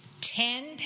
ten